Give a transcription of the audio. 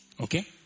Okay